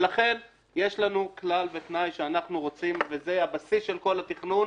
ולכן יש לנו כלל ותנאי שאנחנו רוצים והוא הבסיס של כל התכנון,